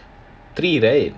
three right